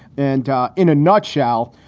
and in a nutshell,